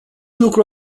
lucru